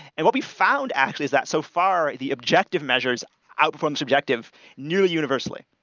and what we found actually is that, so far, the objective measures outperforms objective new universally,